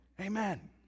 Amen